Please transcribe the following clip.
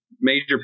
major